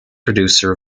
producer